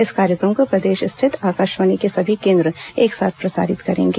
इस कार्यक्रम को प्रदेश स्थित आकाशवाणी के सभी केन्द्र एक साथ प्रसारित करेंगे